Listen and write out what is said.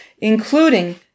including